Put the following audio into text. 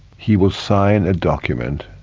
he will sign a document,